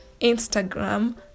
Instagram